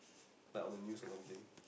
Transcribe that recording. ya maybe a certain something